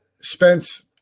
Spence